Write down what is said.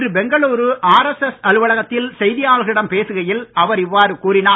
இன்று பெங்களூரு ஆர்எஸ்எஸ் அலுவலகத்தில் செய்தியாளர்களிடம் பேசுகையில் அவர் இவ்வாறு கூறினார்